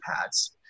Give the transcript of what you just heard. pads